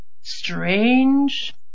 strange